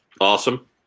awesome